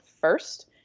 first